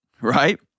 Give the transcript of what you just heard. right